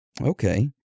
Okay